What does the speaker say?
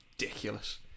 ridiculous